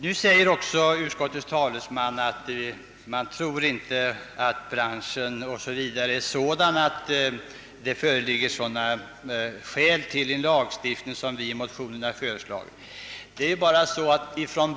Nu säger också utskottets talesman att branschen enligt utskottsmajoritetens uppfattning inte är sådan att det föreligger skäl till en sådan lagstiftning som vi föreslagit i motionerna.